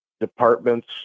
departments